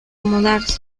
mudarse